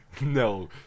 No